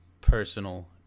personal